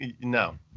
no